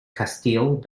castile